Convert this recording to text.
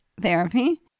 therapy